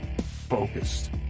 focused